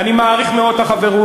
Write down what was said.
אני מעריך מאוד את החברות.